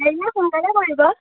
পাৰিলে সোনকালে কৰিব